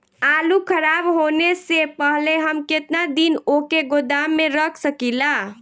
आलूखराब होने से पहले हम केतना दिन वोके गोदाम में रख सकिला?